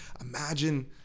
Imagine